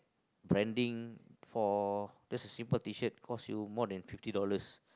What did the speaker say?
branding for just a simple T-shirt cost you more than fifty dollars